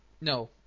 no